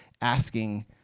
asking